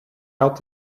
helped